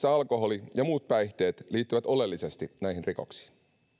alkoholi ja muut päihteet liittyvät oleellisesti näihin rikoksiin